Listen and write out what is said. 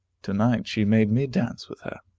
to-night she made me dance with her.